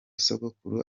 sogokuru